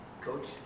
Coach